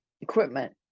equipment